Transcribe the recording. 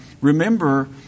remember